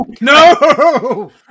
no